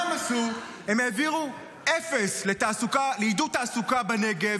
הם העבירו אפס לעידוד תעסוקה בנגב,